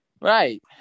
Right